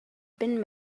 been